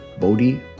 bodhi